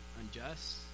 unjust